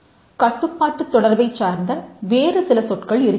கட்டுப்பாட்டுத் தொடர்பைச் சார்ந்த வேறு சில சொற்கள் இருக்கின்றன